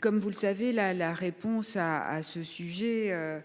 Comme vous le savez, la réponse à ce problème